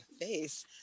face